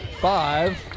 five